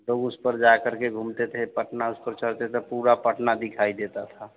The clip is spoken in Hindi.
लोग उसपर जा करके घूमते थे पटना उसपर चढ़ते थे तो पूरा पटना दिखाई देता था